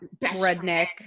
redneck